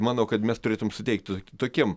manau kad mes tarytum suteikti tokiem